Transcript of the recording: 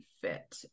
fit